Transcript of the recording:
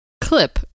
clip